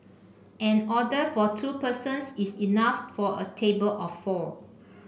an order for two persons is enough for a table of four